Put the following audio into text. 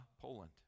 Poland